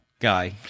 guy